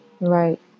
Right